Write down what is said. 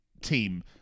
team